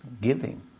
Giving